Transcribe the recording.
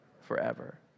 forever